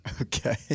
Okay